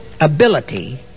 ability